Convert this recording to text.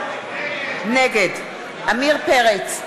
נגד עמיר פרץ,